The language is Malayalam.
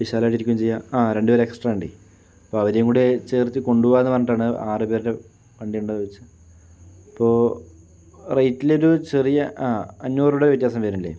വിശാലായിട്ടു ഇരിക്കുകയും ചെയ്യാം ആ രണ്ടുപേര് എക്സ്ട്രാ ഉണ്ടേ അപ്പൊ അവരേം കൂടി ചേര്ത്ത് കൊണ്ടുപോകാം എന്ന് പറഞ്ഞിട്ടാണ് ആറുപേരുടെ വണ്ടി ഒണ്ടോന്നു ചോദിച്ചത് അപ്പോൾ റേറ്റില് ഒരു ചെറിയ ആ അഞ്ഞൂറ് രൂപയുടെ വ്യത്യസം വരില്ലേ